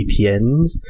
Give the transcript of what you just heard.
VPNs